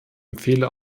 empfehle